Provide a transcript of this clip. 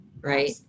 Right